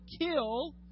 kill